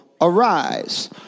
arise